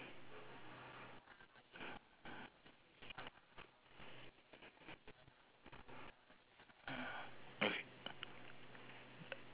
ya so stockings I only have one he's only w~ okay so below him will be um a couple they are pointing at uh